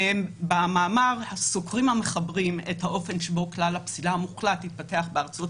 במאמר סוקרים המחברים את האופן שבו כלל הפסילה המוחלט התפתח בארצות